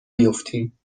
بیفتیم